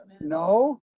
No